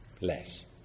less